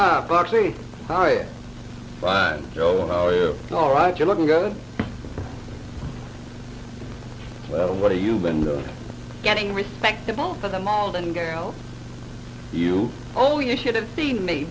right you're looking good well what are you been getting respectable for the mold and girls you know you should have seen me